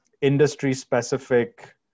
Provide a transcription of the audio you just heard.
industry-specific